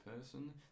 person